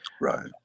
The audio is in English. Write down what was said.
right